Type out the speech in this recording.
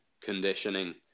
conditioning